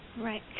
Right